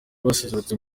baserutse